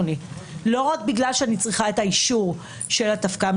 לא רק בגלל שאני צריכה את האישור של התפק"מ,